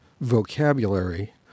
vocabulary